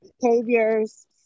behaviors